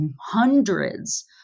hundreds